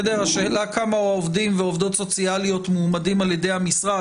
השאלה כמה עובדים ועובדות סוציאליות מעומדים על ידי המשרד,